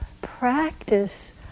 practice